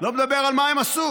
לא מדבר על מה הם עשו.